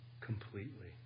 completely